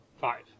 Five